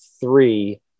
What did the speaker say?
three